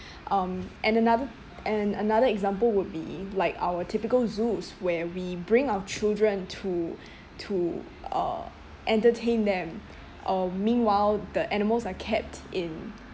um and another and another example would be like our typical zoos where we bring our children to to uh entertain them uh meanwhile the animals are kept in